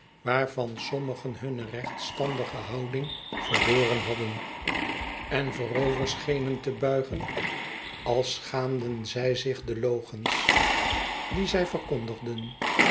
waarvan sommigen hunne rechtstandige houding verloren hadbe geheels zaak vooralsnog iii den en voorover schenen te buigen ais schaamden zij zich de logens die zij verkondigden